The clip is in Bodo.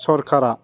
सरकारा